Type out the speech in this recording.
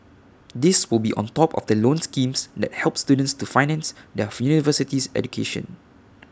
these will be on top of the loan schemes that help students to finance their university education